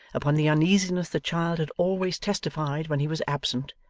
upon the uneasiness the child had always testified when he was absent,